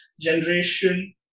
generation